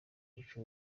umuco